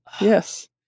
Yes